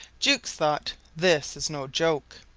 jukes thought, this is no joke.